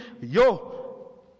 Yo